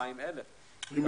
40,000. הרישום הוא עצום.